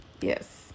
yes